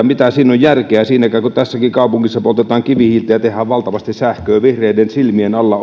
mitä siinäkään on järkeä kun tässäkin kaupungissa poltetaan kivihiiltä ja tehdään valtavasti sähköä vihreiden silmien alla